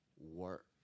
work